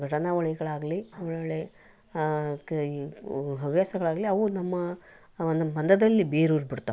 ಘಟನಾವಳಿಗಳಾಗಲಿ ಅವುಗಳಲ್ಲಿ ಹವ್ಯಾಸಗಳಾಗಲಿ ಅವು ನಮ್ಮ ಒಂದು ಮನದಲ್ಲಿ ಬೇರೂರಿ ಬಿಡ್ತಾವೆ